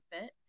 fit